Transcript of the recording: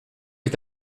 est